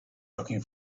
looking